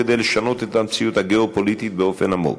כדי לשנות את המציאות הגיאו-פוליטית באופן עמוק.